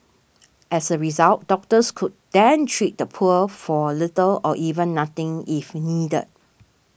as a result doctors could then treat the poor for little or even nothing if needed